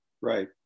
Right